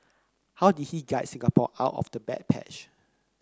how did he guide Singapore out of the bad patch